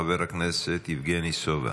חבר הכנסת יבגני סובה.